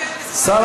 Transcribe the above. שר